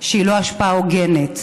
שהיא לא השפעה הוגנת.